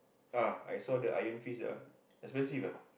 ah I saw the Iron Fist that one expensive ah